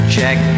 Check